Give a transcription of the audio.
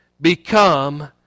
become